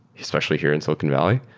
especially here in silicon valley.